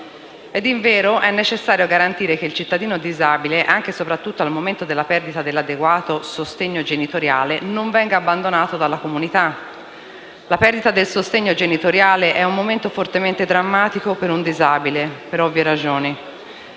Ed invero, è necessario garantire che il cittadino disabile, anche e soprattutto al momento della perdita dell'adeguato sostegno genitoriale, non venga abbandonato dalla comunità. La perdita del sostegno genitoriale è un momento fortemente drammatico per un disabile, per ovvie ragioni.